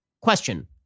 question